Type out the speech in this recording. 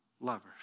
lovers